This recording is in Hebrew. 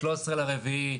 13 באפריל,